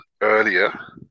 earlier